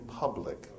public